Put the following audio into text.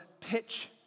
pitch